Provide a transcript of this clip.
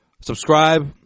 Subscribe